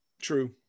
true